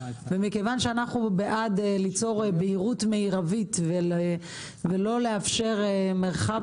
ומכיוון שאנחנו בעד ליצור בהירות מרבית ולא לאפשר מרחב